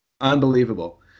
Unbelievable